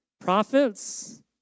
prophets